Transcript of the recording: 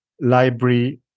library